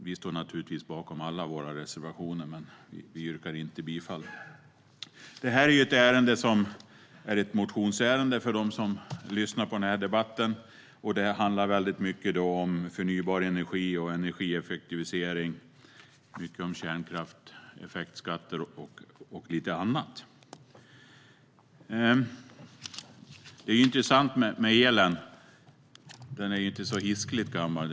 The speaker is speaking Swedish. Vi står naturligtvis bakom alla våra reservationer, men vi yrkar inte bifall till alla. Detta är ett motionsärende, kan jag berätta för dem som lyssnar på debatten. Det handlar mycket om förnybar energi och energieffektivisering, kärnkraft, effektskatter och lite annat. Elen är intressant. Den är inte så hiskeligt gammal.